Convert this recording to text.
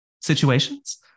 situations